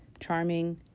charming